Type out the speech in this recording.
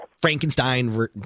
Frankenstein